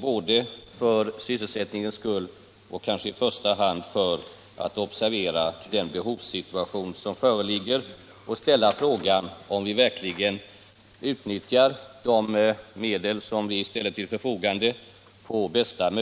både för sysselsättningens skull och kanske i första hand för att observera den behovssituation som föreligger och ställa frågan om vi verkligen på bästa möjliga sätt utnyttjar de medel som vi ställer till förfogande.